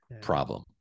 problem